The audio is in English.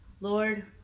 Lord